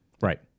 Right